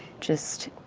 just